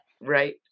Right